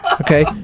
Okay